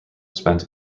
spent